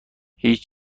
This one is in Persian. هیچ